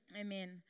Amen